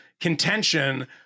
contention